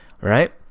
Right